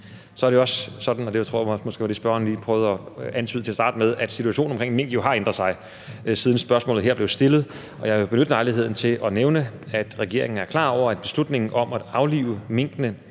Så er det også sådan – og det tror jeg måske var det, spørgeren lige prøvede at antyde til at starte med – at situationen omkring mink jo har ændret sig, siden spørgsmålet her blev stillet. Og jeg vil benytte lejligheden til at nævne, at regeringen er klar over, at beslutningen om at aflive minkene